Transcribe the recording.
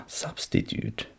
substitute